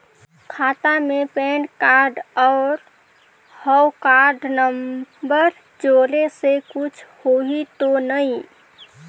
खाता मे pan card और हव कारड नंबर जोड़े से कुछ होही तो नइ?